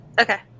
Okay